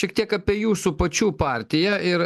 šiek tiek apie jūsų pačių partiją ir